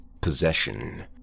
possession